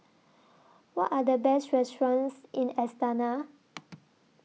What Are The Best restaurants in Astana